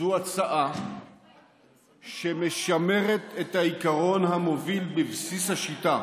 זו הצעה שמשמרת את העיקרון המוביל בבסיס השיטה